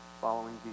following